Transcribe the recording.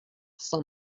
saint